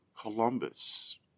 Columbus